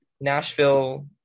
Nashville